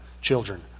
children